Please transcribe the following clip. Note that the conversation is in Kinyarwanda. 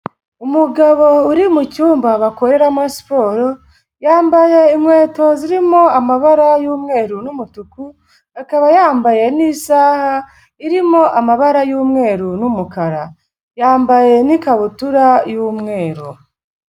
Umugabo uri mu cyumba bakoreramo siporo, yambaye inkweto zirimo amabara y'umweru n'umutuku, akaba yambaye n'isaha irimo amabara y'umweru n'umukara. Yambaye n'ikabutura y'umweru.